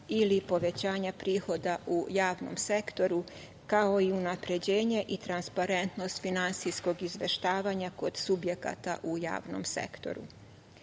ili povećanja prihoda u javnom sektoru, kao i unapređenje i transparentnost finansijskog izveštavanja kod subjekata u javnom sektoru. Važno